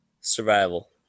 Survival